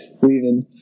leaving